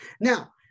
Now